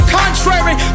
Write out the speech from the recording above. contrary